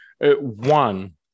One